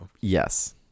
Yes